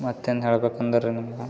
ಮತ್ತು ಏನು ಹೇಳ್ಬೇಕು ಅಂದರೆ ರೀ ಇನ್ನ